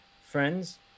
friends